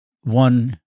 one